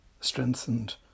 strengthened